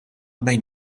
bejn